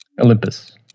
Olympus